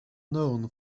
known